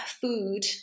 food